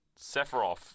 Sephiroth